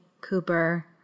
Cooper